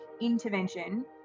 intervention